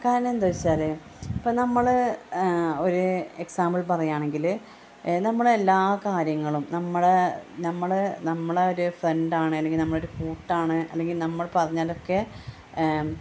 കാരണം എന്താണെന്നു വച്ചാൽ ഇപ്പം നമ്മൾ ഒരു എക്സാമ്പിൾ പറയുകയാണെങ്കിൽ നമ്മളെ എല്ലാ കാര്യങ്ങളും നമ്മളെ നമ്മൾ നമ്മൾ ഒരു ഫ്രണ്ട് ആണ് അല്ലെങ്കിൽ നമ്മുടെ ഒരു കൂട്ടാണ് അല്ലെങ്കിൽ നമ്മൾ പറഞ്ഞാലൊക്കെ